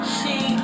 see